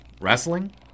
Wrestling